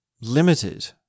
limited